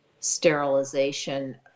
Sterilization